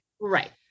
Right